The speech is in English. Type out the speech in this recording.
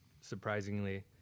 surprisingly